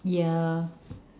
ya